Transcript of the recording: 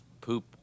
poop